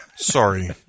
Sorry